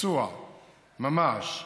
בביצוע ממש,